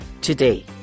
today